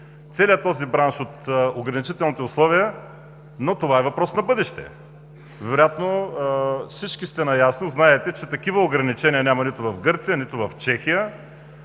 целия този бранш от ограничителните условия, но това е въпрос на бъдеще. Вероятно всички сте наясно, знаете, че такива ограничения няма нито в Гърция, нито в Чехия,